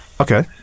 Okay